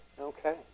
okay